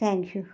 thank you